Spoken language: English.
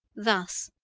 thus,